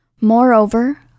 Moreover